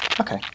okay